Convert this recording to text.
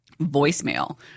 voicemail